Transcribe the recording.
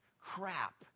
crap